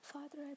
Father